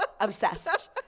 Obsessed